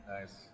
Nice